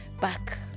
back